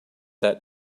that